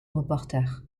reporter